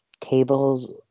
tables